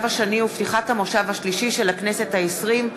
השני ופתיחת המושב השלישי של הכנסת העשרים,